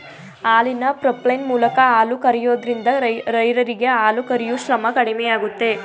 ಹಾಲಿನ ಪೈಪ್ಲೈನ್ ಮೂಲಕ ಹಾಲು ಕರಿಯೋದ್ರಿಂದ ರೈರರಿಗೆ ಹಾಲು ಕರಿಯೂ ಶ್ರಮ ಕಡಿಮೆಯಾಗುತ್ತೆ